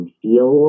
feel